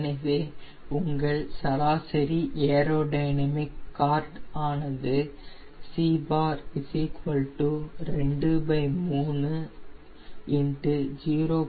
எனவே உங்கள் சராசரி ஏரோடைனமிக் கார்டு ஆனது c ⅔ 0